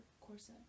corset